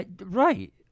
Right